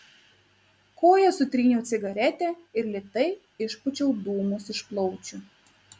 koja sutryniau cigaretę ir lėtai išpūčiau dūmus iš plaučių